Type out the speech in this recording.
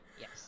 yes